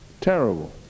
Terrible